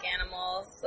animals